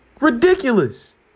Ridiculous